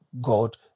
God